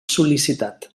sol·licitat